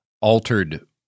altered